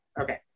okay